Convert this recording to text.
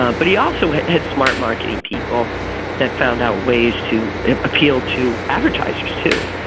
ah but he also had had smart marketing people that found out ways to appeal to advertisers, too.